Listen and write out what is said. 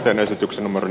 teen esityksen omaan